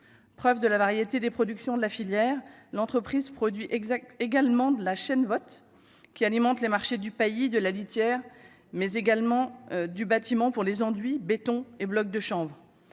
preuve de la variété des productions de la filière, l'entreprise produit exact également de la chaîne, vote qui alimentent les marchés du pays de la litière mais également du bâtiment pour les enduit béton et blocs de chanvre